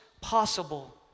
possible